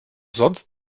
sonst